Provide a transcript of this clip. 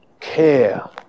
Care